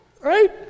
right